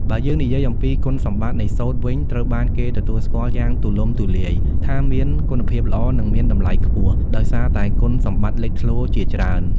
បើយើងនិយាយអំពី គុណសម្បត្តិនៃសូត្រវិញត្រូវបានគេទទួលស្គាល់យ៉ាងទូលំទូលាយថាមានគុណភាពល្អ និងមានតម្លៃខ្ពស់ ដោយសារតែគុណសម្បត្តិលេចធ្លោជាច្រើន។